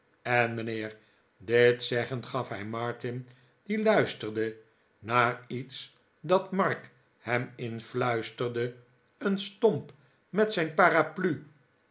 en mijnheer dit zeggend gaf hij martin die luisterde naar iets dat mark hem influisterde een stomp met zijn paraplu